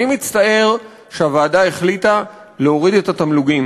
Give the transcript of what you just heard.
אני מצטער שהוועדה החליטה להוריד את התמלוגים